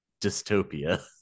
dystopia